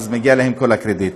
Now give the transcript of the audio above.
אז מגיע להם כל הקרדיט.